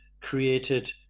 created